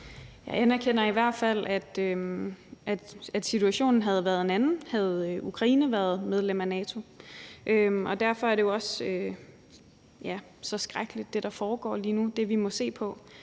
Jeg anerkender i hvert fald, at situationen havde været en anden, havde Ukraine været medlem af NATO, og derfor er det, der foregår lige nu, og det, vi må se på,